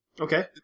Okay